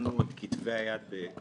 צילמנו את כתבי היד במיקרופילם,